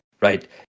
right